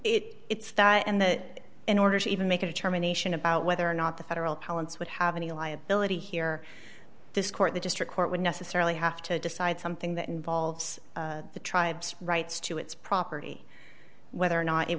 land it's that and that in order to even make a determination about whether or not the federal palance would have any liability here this court the district court would necessarily have to decide something that involves the tribes rights to its property whether or not it